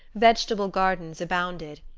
vegetable gardens abounded,